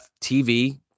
tv